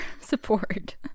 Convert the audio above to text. support